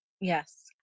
Yes